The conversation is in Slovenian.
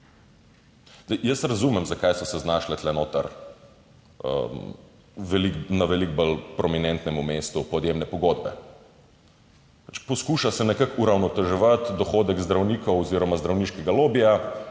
jaz razumem, zakaj so se znašle tu noter na veliko bolj prominentnem mestu podjemne pogodbe. Pač, poskuša se nekako uravnoteževati dohodek zdravnikov oziroma zdravniškega lobija,